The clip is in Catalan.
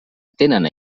atenen